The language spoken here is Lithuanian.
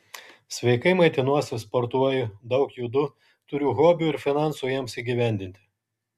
sveikai maitinuosi sportuoju daug judu turiu hobių ir finansų jiems įgyvendinti